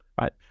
Right